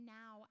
now